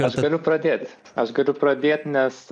aš galiu pradėt aš galiu pradėt nes